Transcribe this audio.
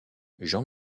jean